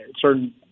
certain